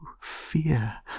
fear